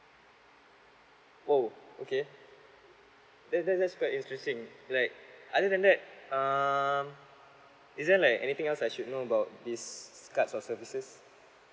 oh okay that that that's quite interesting like other than that um is there like anything else I should know about these cards or services